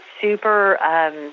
super